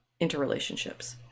interrelationships